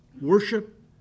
worship